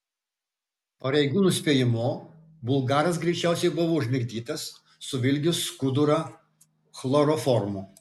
pareigūnų spėjimu bulgaras greičiausiai buvo užmigdytas suvilgius skudurą chloroformu